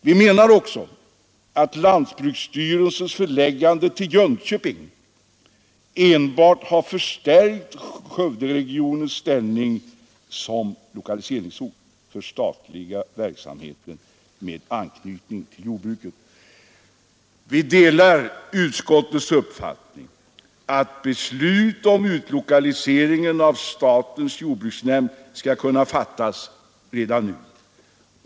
Vi menar också att lantbruksstyrelsens förläggande till Jönköping enbart har förstärkt Skövderegionens ställning som lokaliseringsort för statliga verksamheter med anknytning till jordbruket. Vi delar utskottsmajoritetens uppfattning att beslut om utlokaliseringen av statens jordbruksnämnd skall kunna fattas redan nu.